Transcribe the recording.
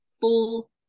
full